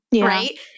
right